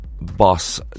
boss